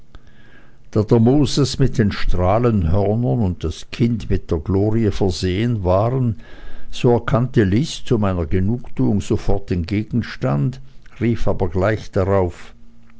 moses mit den strahlenhörnern und das kind mit der glorie versehen waren so erkannte lys zu meiner genugtuung sofort den gegenstand rief aber gleich darauf